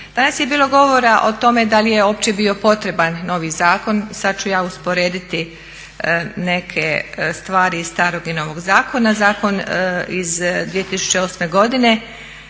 Danas je bilo govora o tome da li je uopće bio potreban novi zakon. Sad ću ja usporediti neke stvari iz starog i novog zakona. Zakon iz 2008. godine